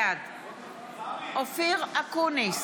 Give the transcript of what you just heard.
בעד אופיר אקוניס,